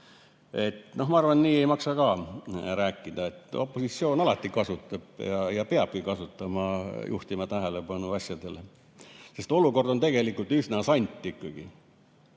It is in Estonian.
Ma arvan, et nii ei maksa ka rääkida. Opositsioon alati kasutab ja peabki kasutama [võimalust] juhtida tähelepanu asjadele, sest olukord on tegelikult üsna sant ikkagi.